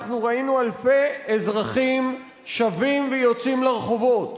אנחנו ראינו אלפי אזרחים שבים ויוצאים לרחובות,